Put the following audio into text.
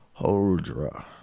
Holdra